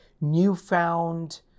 newfound